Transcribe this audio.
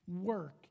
work